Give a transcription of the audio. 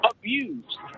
abused